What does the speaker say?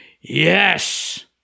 yes